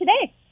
today